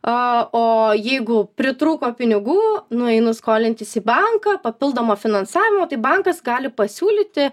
a o jeigu pritrūko pinigų nueinu skolintis į banką papildomo finansavimo tai bankas gali pasiūlyti